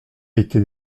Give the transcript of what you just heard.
été